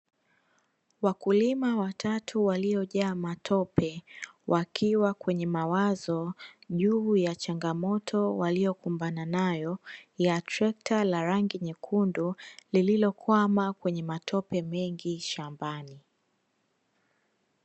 Wakulima watatu waliojaa matope, wakiwa kwenye mawazo , juu ya changamoto waliyokumbana nayo, ya trekta la rangi nyekundu, lililokwama kwenye matope mengi shambani.